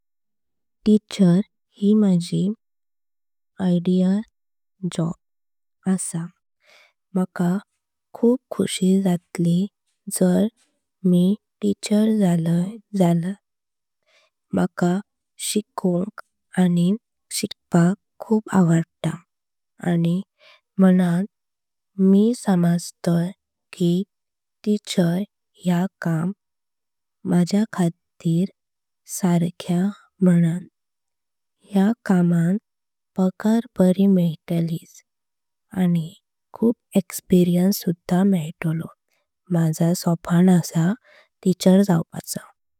टीचर ही माजी आयडियल काम आसां मकां खूप खुशी। जातली जर हांव टीचर जाले जाल्यार। मकां शिकोंक आनी शिकपाक खूप आवडता आनी म्हणून। हांव समझता कि टीचर ये काम माझ्या। खातीर सर्खें म्हणून या कमान पगार बारी मळ्टालीच आनी। खूप एक्स्पीरियन्स सुद्धां मळ्टलो माझे सोपन आसां टीचर जायपाचे।